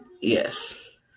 Yes